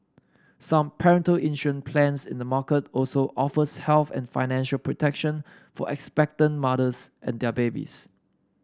some prenatal insurance plans in the market also offers health and financial protection for expectant mothers and their babies